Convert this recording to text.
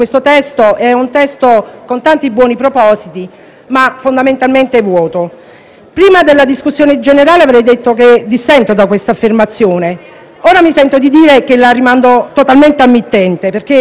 con tanti buoni propositi ma fondamentalmente vuoto. Prima della discussione generale avrei detto che dissento da questa affermazione, ma ora mi sento di rimandarla totalmente al mittente: o non si è